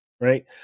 right